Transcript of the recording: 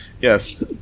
yes